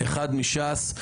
אחד מש"ס,